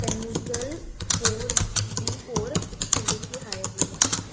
Panigale four V four Suzuki Hayabusa